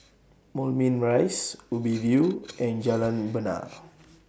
Moulmein Rise Ubi View and Jalan Bena